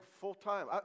full-time